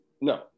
No